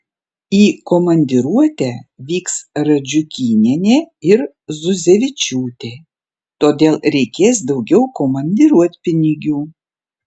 į komandiruotę vyks radžiukynienė ir zuzevičiūtė todėl reikės daugiau komandiruotpinigių